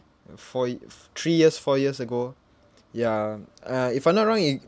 four ye~ three years four years ago ya uh if I'm not wrong it